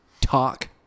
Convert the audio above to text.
talk